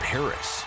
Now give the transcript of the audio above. Paris